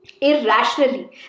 irrationally